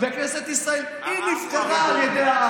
העם הוא הריבון.